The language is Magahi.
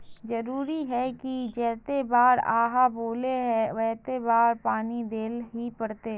जरूरी है की जयते बार आहाँ बोले है होते बार पानी देल ही पड़ते?